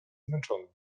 zmęczony